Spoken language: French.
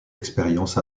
expériences